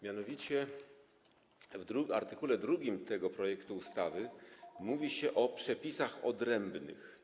Mianowicie w art. 2 tego projektu ustawy mówi się o przepisach odrębnych.